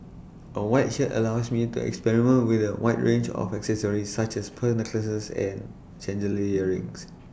A white shirt allows me to experiment with A wide range of accessories such as pearl necklaces and chandelier earrings